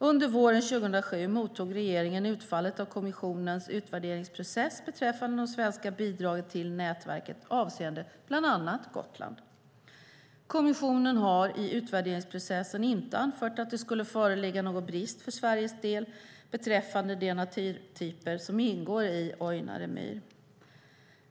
Under våren 2007 mottog regeringen utfallet av kommissionens utvärderingsprocess beträffande de svenska bidragen till nätverket avseende bland annat Gotland. Kommissionen har i utvärderingsprocessen inte anfört att det skulle föreligga någon brist för Sveriges del beträffande de naturtyper som ingår i Ojnare myr.